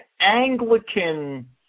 Anglican